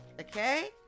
Okay